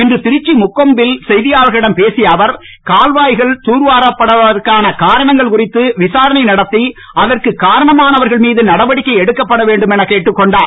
இன்று திருச்சி முக்கொம்பில் செய்தியாளர்களிடம் பேசிய அவர் கால்வாய்கள் தூர்வாரப்படாதற்கான காரணங்கள் குறித்து விசாரணை நடத்தி அதற்கு காரணமானவர்கள் மீது நடவடிக்கை எடுக்கப்பட வேண்டும் எனக் கேட்டுக் கொண்டார்